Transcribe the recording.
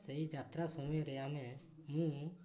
ସେଇ ଯାତ୍ରା ସମୟରେ ଆମେ ମୁଁ